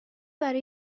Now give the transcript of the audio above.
برای